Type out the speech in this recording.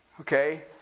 okay